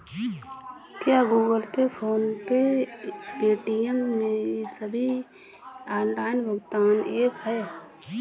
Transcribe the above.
क्या Google Pay PhonePe Paytm ये सभी ऑनलाइन भुगतान ऐप हैं?